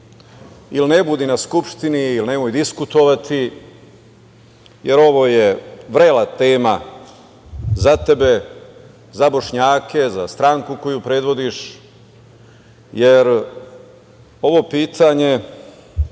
ili ne budi na Skupštini ili nemoj diskutovati, jer ovo je vrela tema za tebe, za Bošnjake, za stranku koju predvodiš. Ovo pitanje,